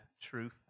truth